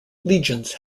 legions